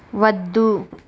వద్దు